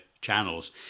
channels